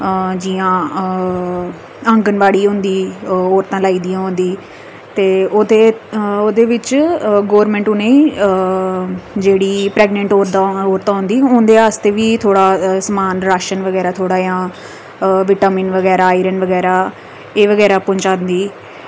अऽ जियां अऽ आंगनबाड़ी होंदी औरतां लाई दियां होंदी ते ओह्दे अऽ ओह्दे बिच गौरमेंट उ'नें गी अऽ जेह्ड़ी प्रगनेंट औरदा औरतां होंदी उं'दे आस्तै बी थोह्ड़ा समान राशन बगैरा थ्होड़ा जां बिटामिन बगैरा आइरन बगैरा एह् बगैरा पजांदी